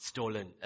Stolen